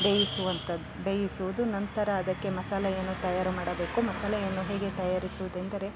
ಬೇಯಿಸುವಂಥದ್ ಬೇಯಿಸುವುದು ನಂತರ ಅದಕ್ಕೆ ಮಸಾಲೆಯನ್ನು ತಯಾರು ಮಾಡಬೇಕು ಮಸಾಲೆಯನ್ನು ಹೇಗೆ ತಯಾರಿಸುವುದೆಂದರೆ